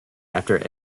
after